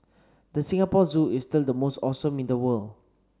the Singapore Zoo is still the most awesome in the world